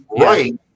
Right